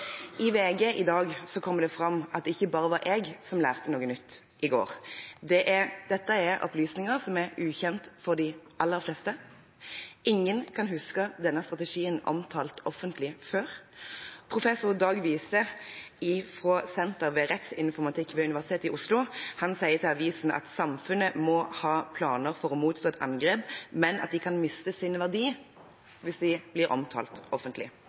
I VG i dag kommer det fram at det ikke bare var jeg som lærte noe nytt i går. Dette er opplysninger som er ukjent for de aller fleste – ingen kan huske denne strategien omtalt offentlig før. Professor Dag Wiese Schartum i Senter for rettsinformatikk ved Universitetet i Oslo sier til avisen at «samfunnet må ha planer for å motstå et angrep, men at de kan miste sin verdi om de omtales offentlig».